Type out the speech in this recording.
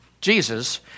Jesus